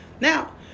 Now